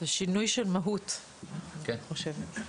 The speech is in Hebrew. זה שינוי של מהות, אני חושבת.